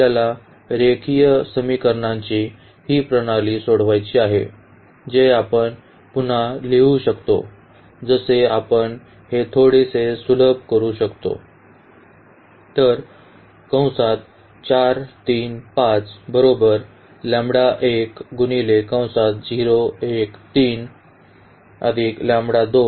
आपल्याला रेखीय समीकरणांची ही प्रणाली सोडवायची आहे जे आपण पुन्हा लिहू शकतो जसे आपण हे थोडेसे सुलभ करू शकतो